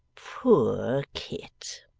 poor kit